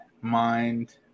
mind